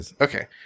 Okay